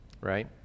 right